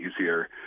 easier